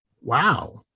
wow